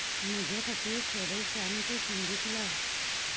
म्हज्या खातीर थोडें शांत संगीत लाय